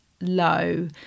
low